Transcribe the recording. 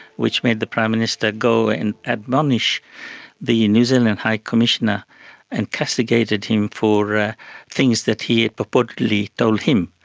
which made the prime minister go and admonish the new zealand high commissioner and castigated him for ah things that he had purportedly told him,